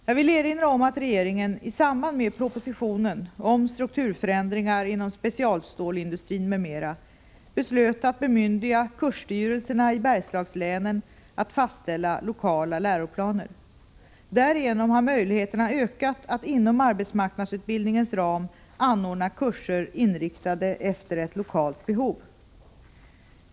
Jag vill vidare erinra om att regeringen i samband med propositionen om strukturförändringar inom specialstålsindustrin m.m. beslöt att bemyndiga kursstyrelserna i Bergslagslänen att fastställa lokala läroplaner. Därigenom har möjligheterna ökat att inom arbetsmarknadsutbildningens ram anordna kurser inriktade efter ett lokalt behov.